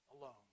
alone